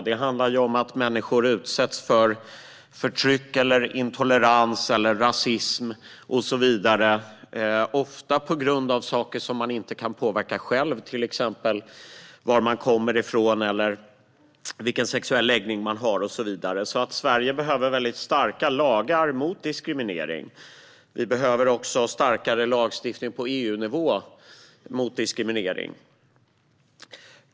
Det handlar om att människor utsätts för förtryck, intolerans eller rasism och så vidare, ofta på grund av saker som de inte kan påverka själva, till exempel var man kommer ifrån eller vilken sexuell läggning man har. Sverige behöver starka lagar mot diskriminering. Vi behöver också starkare lagstiftning på EU-nivå mot diskriminering.